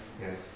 Yes